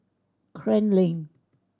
Klang Lane